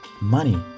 money